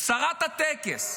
שרת הטקס.